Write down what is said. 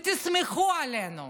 תסמכו עלינו.